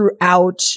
throughout